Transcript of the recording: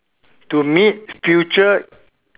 to meet future